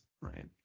right